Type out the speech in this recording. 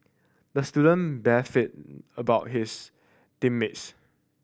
the student beefed about his team mates